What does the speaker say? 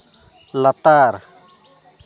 ᱞᱟᱛᱟᱨ